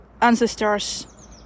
ancestors